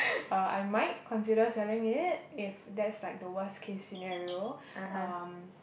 uh I might consider selling it if like that's the worst case scenario um